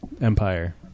Empire